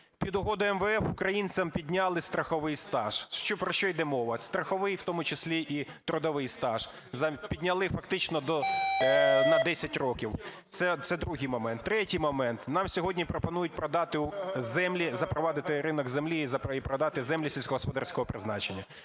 під угоду МВФ українцям підняли страховий стаж. Про що йде мова? Страховий, в тому числі, і трудовий стаж підняли фактично до… на 10 років. Це другий момент. Третій момент. Нам сьогодні пропонують продати землі, запровадити ринок землі і продати землі сільськогосподарського призначення.